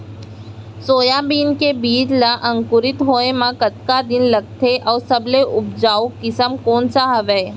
Soybean के बीज ला अंकुरित होय म कतका दिन लगथे, अऊ सबले उपजाऊ किसम कोन सा हवये?